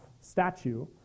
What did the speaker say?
statue